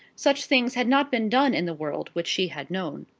such things had not been done in the world which she had known.